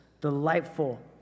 delightful